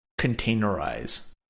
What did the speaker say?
containerize